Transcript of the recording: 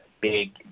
big